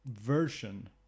version